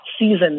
season